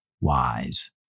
wise